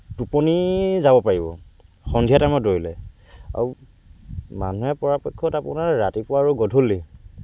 টোপনি যাব পাৰিব সন্ধিয়া টাইমত দৌৰিলে আৰু মানুহে পৰাপক্ষত আপোনাৰ ৰাতিপুৱা আৰু গধূলি